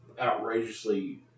outrageously